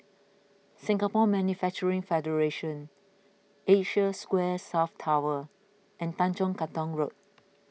Singapore Manufacturing Federation Asia Square South Tower and Tanjong Katong Road